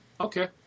Okay